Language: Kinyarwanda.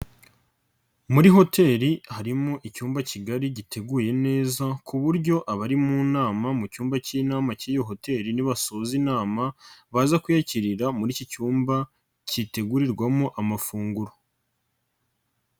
Muri hoteli harimo icyumba kigari giteguye neza ku buryo abari mu nama mu cyumba cy'inama cy'iyo hoteli nibasoza inama, baza kuyakirira muri iki cyumba gitegurirwamo amafunguro.